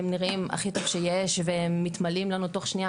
שהם נראים הכי טוב שיש והם מתמלאים תוך שניה,